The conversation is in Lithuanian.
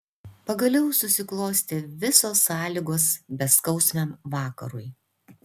pagaliau susiklostė visos sąlygos beskausmiam vakarui